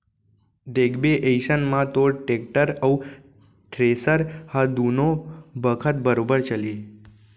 देखबे अइसन म तोर टेक्टर अउ थेरेसर ह दुनों बखत बरोबर चलही